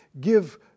give